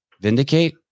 Vindicate